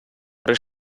при